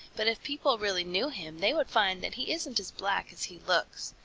but if people really knew him they would find that he isn't as black as he looks.